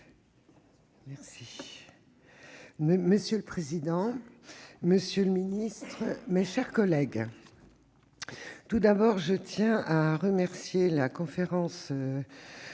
Monsieur le président, monsieur le ministre, mes chers collègues, je tiens à remercier la conférence